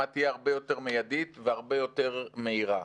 תהיה הרבה יותר מיידית והרבה יותר מהירה.